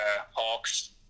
Hawks